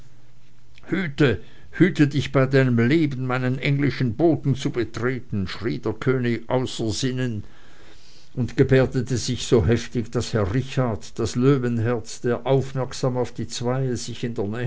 hüte hüte dich bei deinem leben meinen englischen boden zu betreten schrie der könig außer sinnen und gebärdete sich so heftig daß herr richard das löwenherz der aufmerksam auf die zweie sich in der